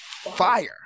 fire